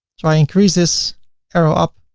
so i increase this arrow up,